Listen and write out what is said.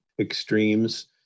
extremes